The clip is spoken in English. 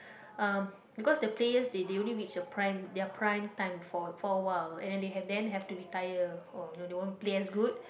uh because the players they they only reach a prime their prime time for for awhile and then they have then have to retire or you know they won't play as good